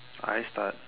I start